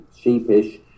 sheepish